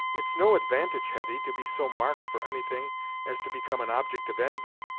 it's no advantage, hetty, to be so marked for anything as to become an object of envy,